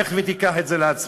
לך ותיקח את זה לעצמך.